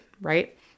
right